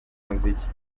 muziki